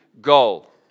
goal